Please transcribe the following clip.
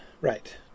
right